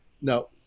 No